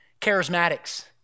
Charismatics